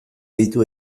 ditu